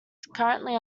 currently